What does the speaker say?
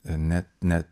net ne